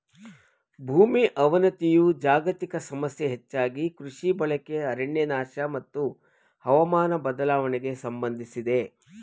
ಭೂಮಿ ಅವನತಿಯು ಜಾಗತಿಕ ಸಮಸ್ಯೆ ಹೆಚ್ಚಾಗಿ ಕೃಷಿ ಬಳಕೆ ಅರಣ್ಯನಾಶ ಮತ್ತು ಹವಾಮಾನ ಬದಲಾವಣೆಗೆ ಸಂಬಂಧಿಸಿದೆ